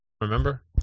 Remember